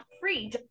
free